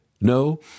No